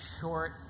short